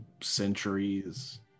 centuries